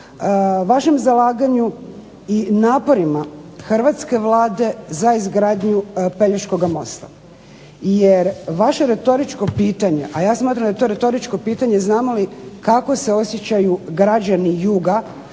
vašem zalaganju i naporima hrvatske Vlade za izgradnju Pelješkoga mosta, jer vaše retorično pitanje, a ja smatram da je to retoričko pitanje znamo li kako se osjećaju građani juga